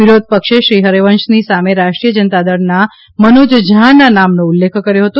વિરોધપક્ષે શ્રી હરિવંશની સામે રાષ્ટ્રીો ય જનતા દળના મનોજ ઝા ના નામનો ઉલ્લેખ કર્યો હતો